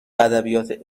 ادبیات